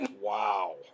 Wow